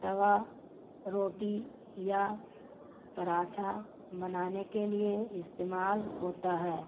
توا روٹی یا پراٹھا بنانے کے لیے استعمال ہوتا ہے